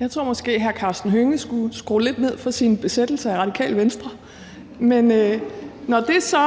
Jeg tror måske, at hr. Karsten Hønge skulle skrue lidt ned for sin besættelse af Radikale Venstre. Men når det så